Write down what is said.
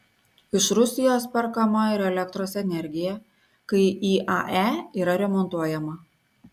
iš rusijos perkama ir elektros energija kai iae yra remontuojama